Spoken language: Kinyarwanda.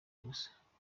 gusa